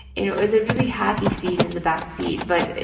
it was a really happy scene in the back seat. but,